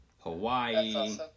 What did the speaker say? Hawaii